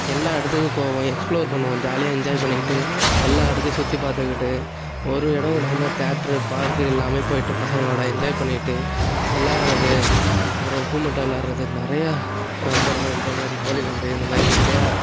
எல்லா இடத்துக்கும் போவோம் எக்ஸ்பிளோர் பண்ணுவோம் ஜாலியாக என்ஜாய் பண்ணிக்கிட்டு எல்லா இடத்தையும் சுற்றி பார்த்துக்கிட்டு ஒரு இடம் விடாமல் தேட்ரு பார்க்கு எல்லாமே போயிட்டு பசங்களோடு என்ஜாய் பண்ணிக்கிட்டு வெளாடுறது அப்புறம் உப்பு மூட்டை வெளாடுறது நிறையா பம்பரம் இந்த மாதிரி கோலிக்குண்டு இந்த மாதிரி நிறையா